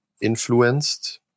influenced